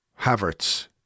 Havertz